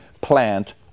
plant